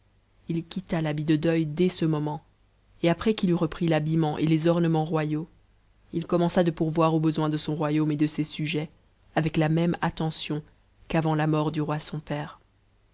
il quitta l'habit de deuil dès ce moment et après qu'il eut repris l'habillement et les ornements royaux it commença de pourvoir aux besoins de son royaume et de ses sujets avec la même attention qu'avant ta mort du roi son père